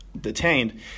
detained